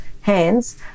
hands